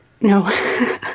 No